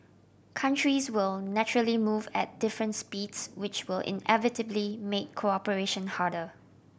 countries will naturally move at different speeds which will inevitably make cooperation harder